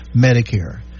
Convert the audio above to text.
Medicare